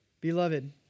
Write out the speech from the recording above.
Beloved